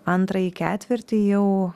antrąjį ketvirtį jau